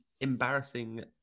embarrassing